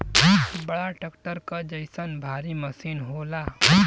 बड़ा ट्रक्टर क जइसन भारी मसीन होला